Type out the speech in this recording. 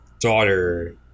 daughter